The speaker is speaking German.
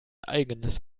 eigenes